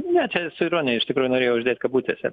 ne čia su ironija iš tikrųjų norėjau uždėti kabutėse